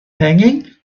hanging